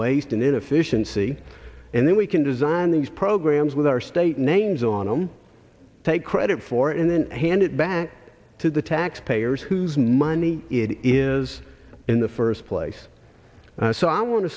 and inefficiency and then we can design these programs with our state names on them take credit for it and then hand it back to the taxpayers whose money it is in the first place so i want to